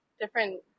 different